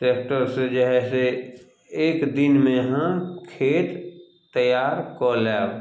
ट्रैक्टरसँ जे हए से एक दिनमे अहाँ खेत तैयार कऽ लेब